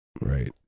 Right